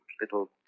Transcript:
little